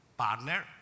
partner